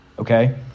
Okay